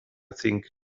think